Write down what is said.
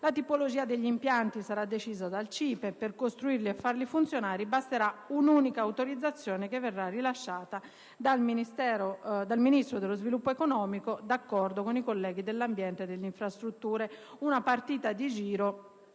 La tipologia degli impianti sarà decisa dal CIPE; per costruirli e farli funzionare basterà un'unica autorizzazione che verrà rilasciata dal Ministro dello sviluppo economico, d'accordo con i colleghi dei Ministeri dell'ambiente e delle infrastrutture: una partita di giro